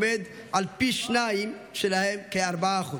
ומהווה נדבך חשוב בקיום המדינה.